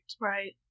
Right